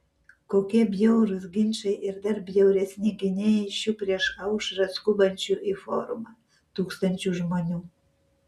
kokie bjaurūs ginčai ir dar bjauresni gynėjai šių prieš aušrą skubančių į forumą tūkstančių žmonių